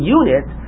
unit